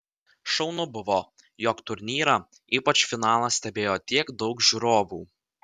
šaunu buvo jog turnyrą ypač finalą stebėjo tiek daug žiūrovų